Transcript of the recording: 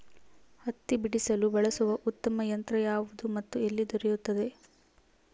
ಹತ್ತಿ ಬಿಡಿಸಲು ಬಳಸುವ ಉತ್ತಮ ಯಂತ್ರ ಯಾವುದು ಮತ್ತು ಎಲ್ಲಿ ದೊರೆಯುತ್ತದೆ?